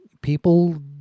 people